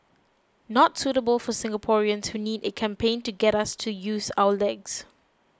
not suitable for Singaporeans who need a campaign to get us to use our legs